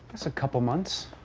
just a couple months.